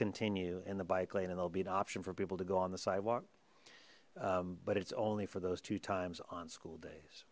continue in the bike lane and they'll be an option for people to go on the sidewalk but it's only for those two times on school days